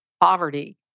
poverty